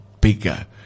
bigger